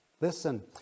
Listen